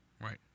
right